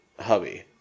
Hubby